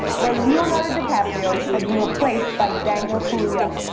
where leonardo dicaprio has been replaced by daniel kaluuya.